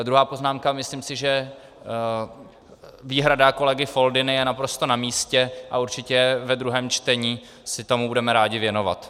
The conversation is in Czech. Druhá poznámka myslím si, že výhrada kolegy Foldyny je naprosto namístě a určitě se tomu ve druhém čtení budeme rádi věnovat.